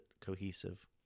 cohesive